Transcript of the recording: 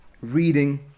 reading